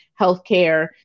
healthcare